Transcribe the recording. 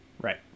Right